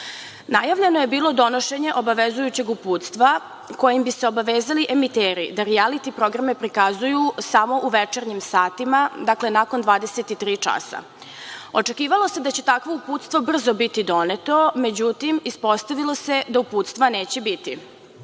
slično. Najavljeno je bilo donošenje obavezujućeg uputstva kojim bi se obavezali emiteri da rijaliti programe prikazuju samo u večernjim satima, dakle, nakon 23,00 časa. Očekivalo se da će takvo uputstvo biti brzo doneto. Međutim, ispostavilo se da uputstva neće biti.